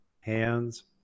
hands